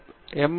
படிப்பு எம்